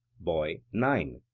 boy nine.